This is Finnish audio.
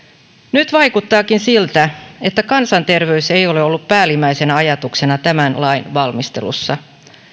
nyt vaikuttaakin siltä että kansanterveys ei ole ollut päällimmäisenä ajatuksena tämän lain valmistelussa